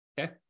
Okay